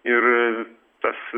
ir tas